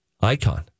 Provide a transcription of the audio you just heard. Icon